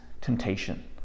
temptation